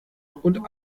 und